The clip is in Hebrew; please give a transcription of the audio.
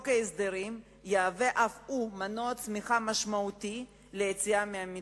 ההסדרים תהווה אף היא מנוע צמיחה משמעותי ליציאה מהמיתון.